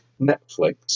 Netflix